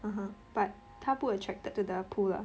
(uh huh) but 它不 attracted to the pool lah